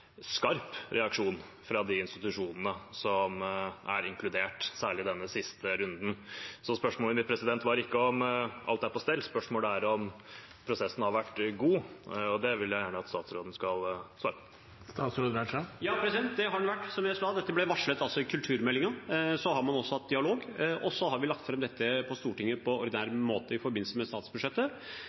skarp reaksjon fra de institusjonene som er inkludert, særlig i denne siste runden. Så spørsmålet mitt var ikke om alt er på stell. Spørsmålet er om prosessen har vært god. Det vil jeg gjerne at statsråden skal svare på. Ja, det har den vært. Som jeg sa: Dette ble varslet i kulturmeldingen. Så har man også hatt dialog, og så har vi lagt fram dette for Stortinget på ordinær måte, i forbindelse med statsbudsjettet.